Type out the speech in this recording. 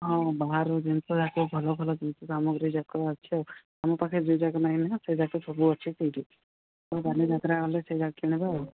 ହଁ ହଁ ବାହାରର ଜିନିଷ ଯାକ ଭଲ ଭଲ ଜିନିଷ ସାମଗ୍ରୀ ଯାକ ଅଛି ଆଉ ଆମ ପାଖ ଯିଏ ଜାଗା ନାହିଁ ନା ସେଇ ଯାକ ସବୁ ଅଛି ସେଇଠି ମୁଁ ବାଲିଯାତ୍ରା ଗଲେ ସେଇଟା କିଣିବା ଆଉ